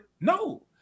No